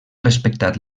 respectat